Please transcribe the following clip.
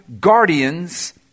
Guardians